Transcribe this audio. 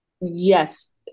yes